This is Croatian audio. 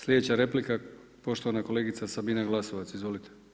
Sljedeća replika poštovana kolegica Sabina Glasovac, izvolite.